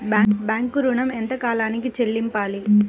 Bank ఋణం ఎంత కాలానికి చెల్లింపాలి?